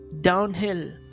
downhill